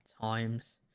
times